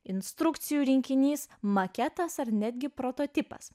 instrukcijų rinkinys maketas ar netgi prototipas